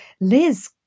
Liz